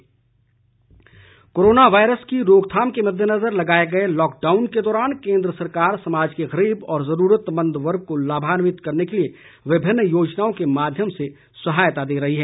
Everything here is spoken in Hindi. गरीब कल्याण अन्न योजना कोरोना वायरस की रोकथाम के मददेनजर लगाए गए लॉकडाउन के दौरान केंद्र सरकार समाज के गरीब व जरूरतमंद वर्ग को लाभान्वित करने के लिए विभिन्न योजनाओं के माध्यम से सहायता दे रही है